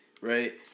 right